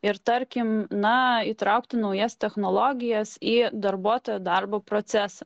ir tarkim na įtraukti naujas technologijas į darbuotojo darbo procesą